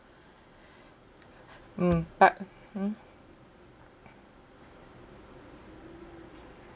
mm but hmm